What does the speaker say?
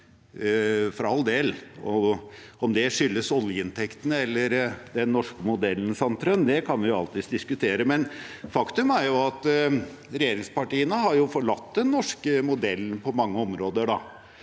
Sandtrøen: Om det skyldes oljeinntektene eller den norske modellen, kan vi alltids diskutere. Faktum er at regjeringspartiene har forlatt den norske modellen på mange områder,